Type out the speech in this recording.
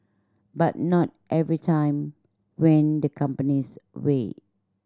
but not every time went the company's way